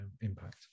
impact